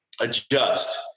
adjust